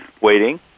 waiting